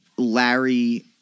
larry